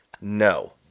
no